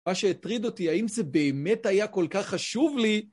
מה שהטריד אותי, האם זה באמת היה כל כך חשוב לי?